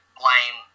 blame